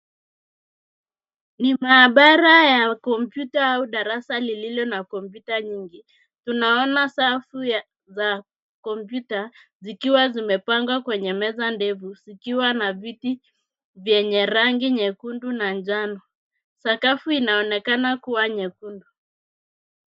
Ni maabara ya kompyuta au darasa lililo na kompyuta nyingi. Tunaona safu za kompyuta zikiwa zimepangwa kwenye meza ndefu zikiwa na viti vyenye rangi nyekundu na njano. Sakafu inaonekana kuwa nyekundu.